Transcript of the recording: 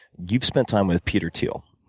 you've spent time with peter thiel,